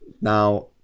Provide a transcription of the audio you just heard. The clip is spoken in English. Now